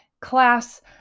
class